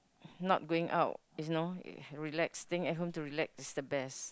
not going out is know relax staying at home to relax is the best